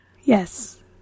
Yes